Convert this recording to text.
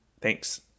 thanks